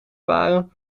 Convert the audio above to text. waren